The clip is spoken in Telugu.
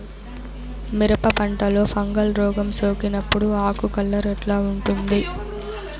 మిరప పంటలో ఫంగల్ రోగం సోకినప్పుడు ఆకు కలర్ ఎట్లా ఉంటుంది?